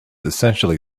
essentially